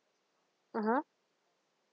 (uh huh)